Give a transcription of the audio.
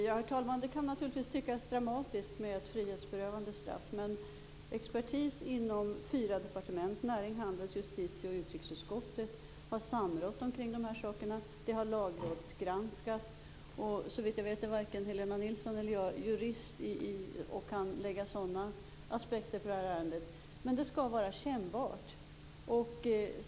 Herr talman! Det kan naturligtvis tyckas dramatiskt med ett frihetsberövande straff. Men expertis inom Närings och handels-, Justitie och Utrikesdepartementen har samrått kring de här sakerna. De har granskats av Lagrådet. Såvitt jag vet är varken Helena Nilsson eller jag jurister och kan lägga sådana aspekter på det här ärendet. Men straffet skall vara kännbart.